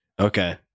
Okay